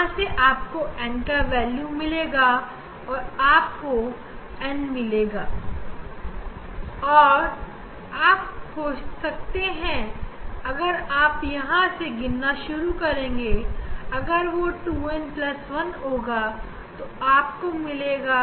वहां से आपको n का वैल्यू मिलेगा आपको n मिलेगा और आप खोज सकते हैं अगर आप यहां से गिनना शुरू करेंगे अगर वो 2n1 होगा तब आपको दिखेगा